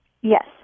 Yes